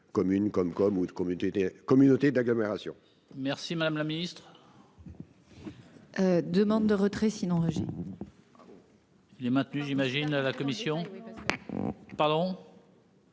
communes ou des communautés d'agglomération.